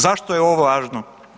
Zašto je ovo važno?